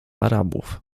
arabów